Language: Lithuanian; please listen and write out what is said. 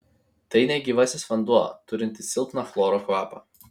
tai negyvasis vanduo turintis silpną chloro kvapą